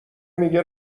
میگه